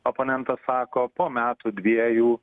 oponentas sako po metų dviejų